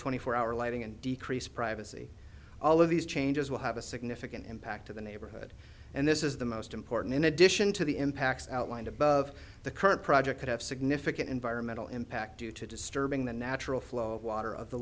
twenty four hour lighting and decrease privacy all of these changes will have a significant impact to the neighborhood and this is the most important in addition to the impacts outlined above the current project could have significant environmental impact due to disturbing the natural flow of water of the